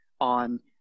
on